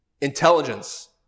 intelligence